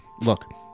Look